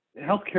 healthcare